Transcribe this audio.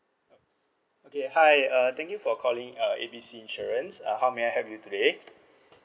okay hi uh thank you for calling uh A B C insurance uh how may I help you today